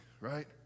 right